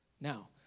Now